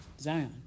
Zion